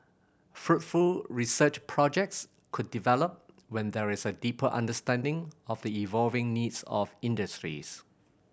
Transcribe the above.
fruitful research projects could develop when there is a deeper understanding of the evolving needs of industries